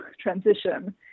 transition